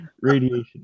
Radiation